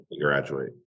graduate